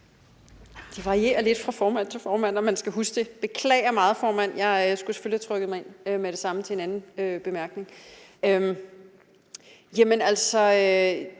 Det varierer lidt fra formand til formand, om man skal huske det. Beklager meget, formand, jeg skulle selvfølgelig have trykket mig ind med det samme til en anden kort bemærkning.